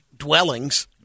Dwellings